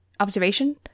observation